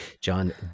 John